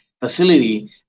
facility